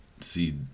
see